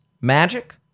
magic